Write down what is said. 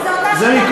וזו אותה שיטת משטר.